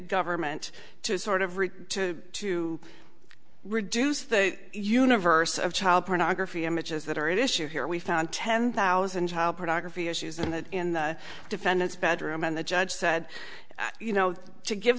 government to sort of read to to reduce the universe of child pornography images that are at issue here we found ten thousand child pornography issues and that in the defendant's bedroom and the judge said you know to give